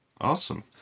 awesome